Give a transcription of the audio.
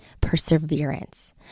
perseverance